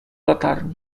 latarni